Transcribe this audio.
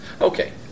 Okay